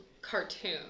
cartoon